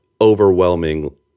overwhelming